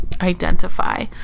identify